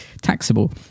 Taxable